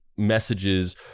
messages